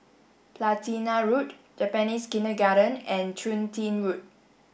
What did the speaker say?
Platina Road Japanese Kindergarten and Chun Tin Road